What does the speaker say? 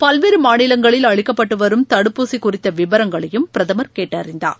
பல்வேறமாநிலங்களில் அளிக்கப்பட்டுவரும் தடுப்பூசிகுறித்தவிவரங்களையும் பிரதமர் கேட்டறிந்தார்